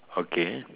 okay